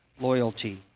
loyalty